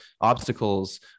obstacles